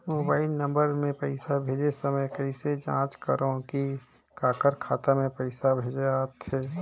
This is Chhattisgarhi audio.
मोबाइल नम्बर मे पइसा भेजे समय कइसे जांच करव की काकर खाता मे पइसा भेजात हे?